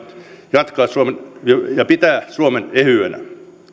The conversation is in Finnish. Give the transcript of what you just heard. ja pitää suomen ehyenä